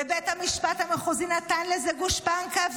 ובית המשפט המחוזי נתן לזה גושפנקא,